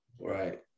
Right